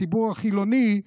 הציבור החילוני.